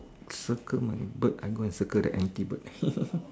circle my bird I go and circle the empty bird